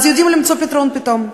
אז יודעים למצוא פתרון פתאום.